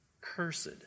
Cursed